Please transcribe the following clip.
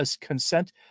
consent